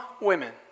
women